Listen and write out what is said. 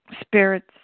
spirits